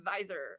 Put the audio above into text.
advisor